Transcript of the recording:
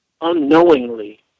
unknowingly